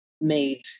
made